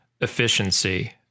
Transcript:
efficiency